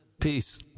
peace